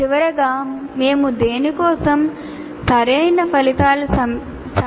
చివరగా మేము దీని కోసం సరైన ఫలితాల సమితితో వస్తాము